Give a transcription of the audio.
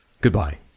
Goodbye